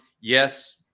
yes